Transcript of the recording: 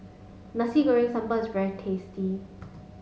Nasi Goreng Sambal is very tasty